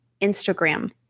Instagram